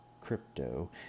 crypto